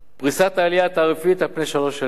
פריסת העלייה התעריפית על פני שלוש שנים,